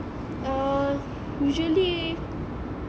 ah usually